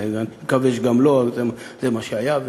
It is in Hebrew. ואני מקווה שגם לו זה מה שהיה.